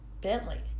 Bentley